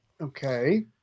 Okay